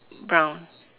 brown